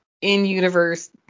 in-universe